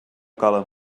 calen